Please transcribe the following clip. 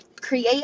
create